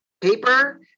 paper